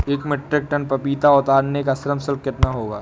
एक metric ton पपीता उतारने का श्रम शुल्क कितना होगा?